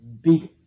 big